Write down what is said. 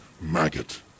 maggot